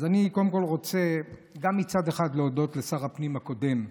אז אני קודם כול רוצה מצד אחד להודות לשר הפנים הקודם,